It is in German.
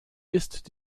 ist